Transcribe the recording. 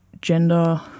gender